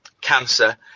cancer